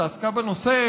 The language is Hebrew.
שעסקה בנושא,